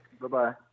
Bye-bye